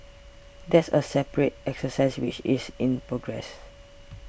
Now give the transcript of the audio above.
that's a separate exercise which is in progress